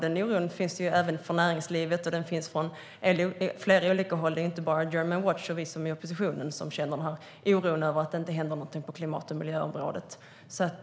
Den oron finns från näringslivet och från flera olika håll. Det är inte bara Germanwatch och vi i oppositionen som känner oro över att det inte händer något på klimat och miljöområdet.